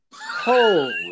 Holy